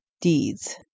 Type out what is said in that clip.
deeds